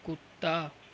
کتا